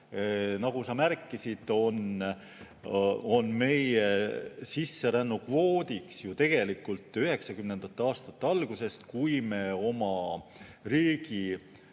Nagu sa märkisid, on meie sisserännu kvoodiks tegelikult 1990. aastate algusest, kui me oma riigi